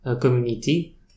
community